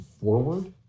forward